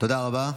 תודה רבה.